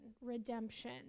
redemption